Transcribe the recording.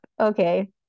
Okay